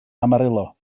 amarillo